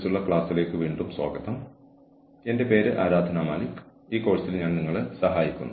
കൂടാതെ ഇന്ന് ഞങ്ങൾ വ്യക്തിപരമായി എനിക്ക് വളരെ പ്രധാനപ്പെട്ട ഒരു വിഷയത്തെക്കുറിച്ച് സംസാരിക്കും